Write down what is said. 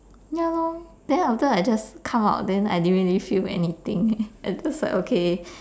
ya lor then after I just come out then I didn't really feel anything I was just like okay